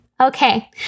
Okay